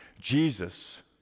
Jesus